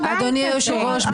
אדוני היושב-ראש,